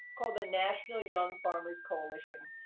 called the national young farmers coalition.